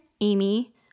Amy